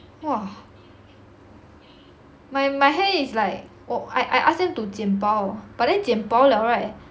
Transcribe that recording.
!wah! my my hair is like oh I I ask them to 剪薄 but then 剪薄 liao right